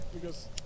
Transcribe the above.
because-